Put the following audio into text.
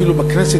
אפילו בכנסת,